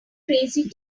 crazy